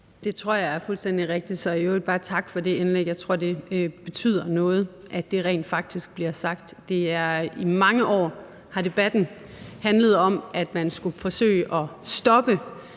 Det tror jeg er fuldstændig rigtigt, så i øvrigt bare tak for det indlæg. Jeg tror, det betyder noget, at det rent faktisk bliver sagt. I mange år har debatten handlet om, at man skulle forsøge at stoppe